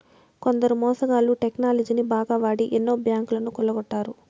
కొందరు మోసగాళ్ళు టెక్నాలజీని బాగా వాడి ఎన్నో బ్యాంకులను కొల్లగొట్టారు